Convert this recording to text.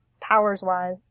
powers-wise